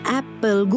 Apple